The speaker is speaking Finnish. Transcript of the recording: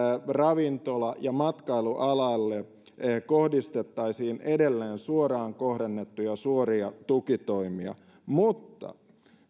ravintola ja matkailualalle kohdistettaisiin edelleen suoraan kohdennettuja suoria tukitoimia mutta